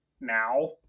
now